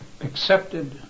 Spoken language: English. accepted